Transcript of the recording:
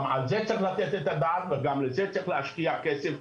גם על זה צריך לתת את הדעת וגם לזה צריך להשקיע כסף,